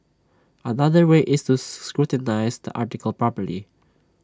another way is to scrutinise the article properly